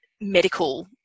medical